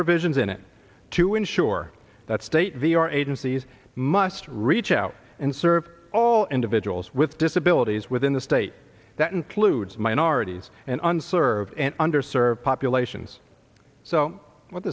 provisions in it to ensure that state or agencies must reach out and serve all individuals with disabilities within the state that includes minorities and unserved and under served populations so what